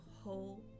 whole